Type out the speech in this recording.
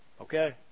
okay